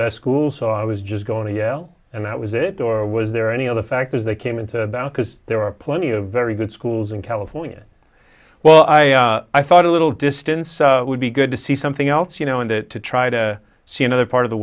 best school so i was just going to yell and that was it or was there any other factors they came into about because there are plenty of very good schools in california well i thought a little distance would be good to see something else you know and that to try to see another part of the